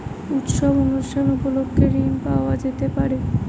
উৎসব অনুষ্ঠান উপলক্ষে ঋণ পাওয়া যেতে পারে?